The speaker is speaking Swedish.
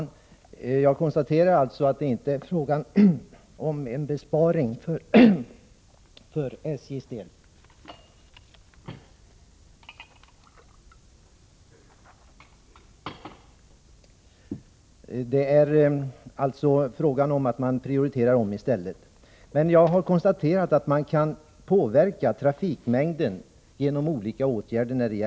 Herr talman! Det är alltså inte fråga om en besparing för SJ:s del, utan man prioriterar om. Jag har dock konstaterat att SJ kan påverka trafikmängden genom olika åtgärder.